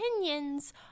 opinions